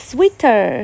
Sweeter